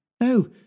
No